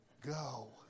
go